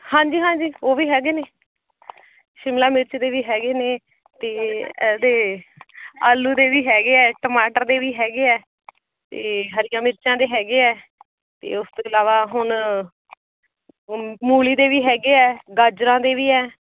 ਹਾਂਜੀ ਹਾਂਜੀ ਉਹ ਵੀ ਹੈਗੇ ਨੇ ਸ਼ਿਮਲਾ ਮਿਰਚ ਦੇ ਵੀ ਹੈਗੇ ਨੇ ਅਤੇ ਇਹਦੇ ਆਲੂ ਦੇ ਵੀ ਹੈਗੇ ਆ ਟਮਾਟਰ ਦੇ ਵੀ ਹੈਗੇ ਹੈ ਅਤੇ ਹਰੀਆਂ ਮਿਰਚਾਂ ਦੇ ਹੈਗੇ ਹੈ ਅਤੇ ਉਸ ਤੋਂ ਇਲਾਵਾ ਹੁਣ ਮੂਲੀ ਦੇ ਵੀ ਹੈਗੇ ਹੈ ਗਾਜਰਾਂ ਦੇ ਵੀ ਹੈ